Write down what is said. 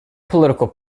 political